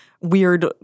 weird